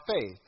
faith